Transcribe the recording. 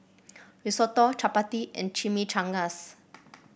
Risotto Chapati and Chimichangas